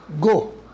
Go